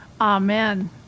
Amen